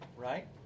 right